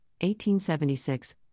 1876